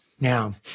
Now